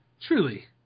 Truly